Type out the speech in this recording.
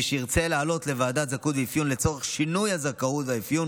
מי שירצה לעלות לוועדת זכאות ואפיון לצורך שינוי הזכאות והאפיון,